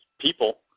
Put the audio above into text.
people